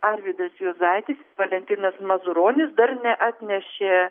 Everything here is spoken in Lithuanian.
arvydas juozaitis valentinas mazuronis dar neatnešė